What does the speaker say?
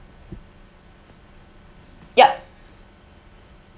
yup